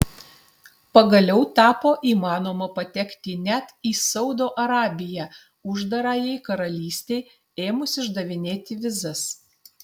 pagaliau tapo įmanoma patekti net į saudo arabiją uždarajai karalystei ėmus išdavinėti vizas